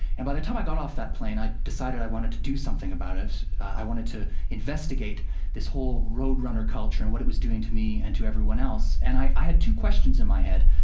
and by the time i got off that plane, i'd decided i wanted to do something about it. i wanted to investigate this whole roadrunner culture, and what it was doing to me and to everyone else. and i had two questions in my head.